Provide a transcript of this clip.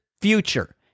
future